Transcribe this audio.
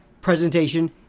presentation